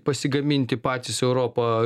pasigaminti patys europa